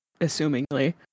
assumingly